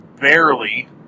barely